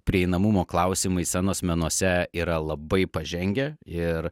prieinamumo klausimai scenos menuose yra labai pažengę ir